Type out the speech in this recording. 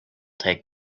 take